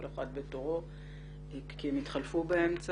כל אחד בתורו כי הם התחלפו באמצע.